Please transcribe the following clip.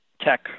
tech